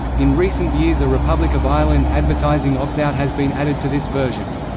in recent years a republic of ireland advertising opt-out has been added to this version.